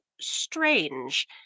strange